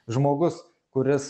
žmogus kuris